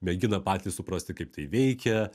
mėgina patys suprasti kaip tai veikia